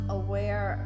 aware